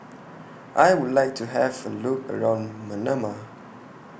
I Would like to Have A Look around Manama